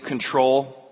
control